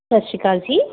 ਸਤਿ ਸ਼੍ਰੀ ਅਕਾਲ ਜੀ